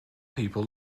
people